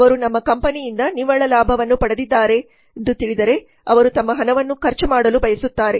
ಅವರು ನಮ್ಮ ಕಂಪನಿಯಿಂದ ನಿವ್ವಳ ಲಾಭವನ್ನು ಪಡೆದಿದ್ದಾರೆಂದು ತಿಳಿದರೆ ಅವರು ತಮ್ಮ ಹಣವನ್ನು ಖರ್ಚು ಮಾಡಲು ಬಯಸುತ್ತಾರೆ